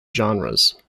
genres